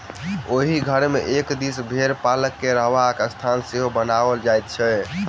ओहि घर मे एक दिस भेंड़ पालक के रहबाक स्थान सेहो बनाओल जाइत छै